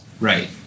Right